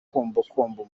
kombokombo